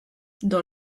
dans